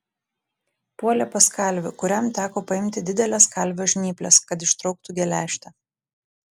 puolė pas kalvį kuriam teko paimti dideles kalvio žnyples kad ištrauktų geležtę